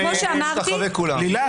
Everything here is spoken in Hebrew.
לילך.